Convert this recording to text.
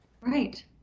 Right